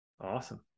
awesome